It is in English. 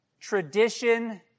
Tradition